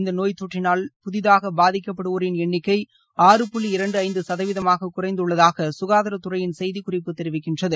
இந்த நோய் தொற்றினால் முழுவதும் புதிதாக நாடு பாதிக்கப்படுவோரின் எண்ணிக்கை ஆறு புள்ளி இரண்டு ஐந்து சதவீதமாக குறைந்துள்ளதாக சுகாதாரத்துறையின் செய்திக்குறிப்பு தெரிவிக்கிறது